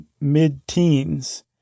mid-teens